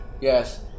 Yes